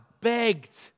begged